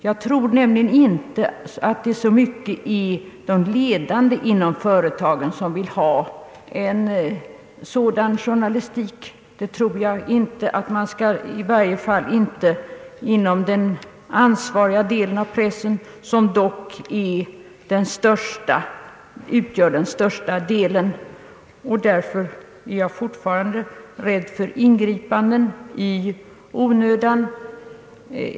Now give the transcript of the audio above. Jag tror nämligen inte att det så mycket är de ledande inom före tagen, som vill ha en sådan journalistik, i varje fall inte inom den ansvariga delen av pressen, som dock utgör den största delen. Därför är jag fortfarande rädd för ingripanden i onödan.